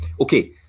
Okay